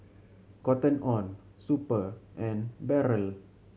Cotton On Super and Barrel